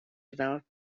developed